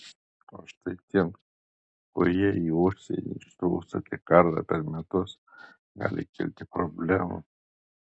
o štai tiems kurie į užsienį ištrūksta tik kartą per metus gali kilti problemų